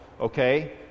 okay